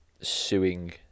suing